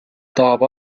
tahab